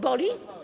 Boli?